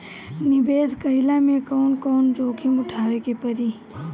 निवेस कईला मे कउन कउन जोखिम उठावे के परि?